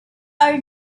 are